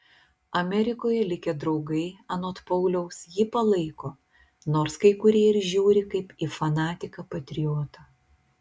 amerikoje likę draugai anot pauliaus jį palaiko nors kai kurie ir žiūri kaip į fanatiką patriotą